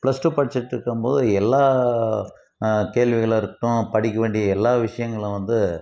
plus two படித்துட்டு இருக்கும்போது எல்லா கேள்விகளாக இருக்கட்டும் படிக்கவேண்டிய எல்லா விஷயங்களும் வந்து